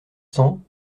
cents